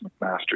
McMaster